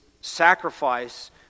sacrifice